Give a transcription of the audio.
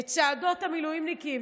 את צעדות המילואימניקים,